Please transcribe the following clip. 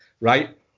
Right